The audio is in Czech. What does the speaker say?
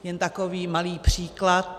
Jen takový malý příklad.